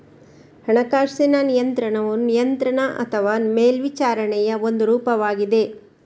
ಹಣಕಾಸಿನ ನಿಯಂತ್ರಣವು ನಿಯಂತ್ರಣ ಅಥವಾ ಮೇಲ್ವಿಚಾರಣೆಯ ಒಂದು ರೂಪವಾಗಿದೆ